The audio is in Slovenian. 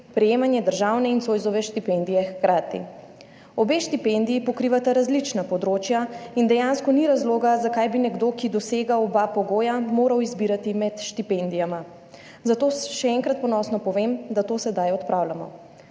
prejemanje državne in Zoisove štipendije hkrati. Obe štipendiji pokrivata različna področja in dejansko ni razloga, zakaj bi nekdo, ki dosega oba pogoja, moral izbirati med štipendijama. Zato še enkrat ponosno povem, da to sedaj odpravljamo.